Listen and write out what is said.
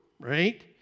right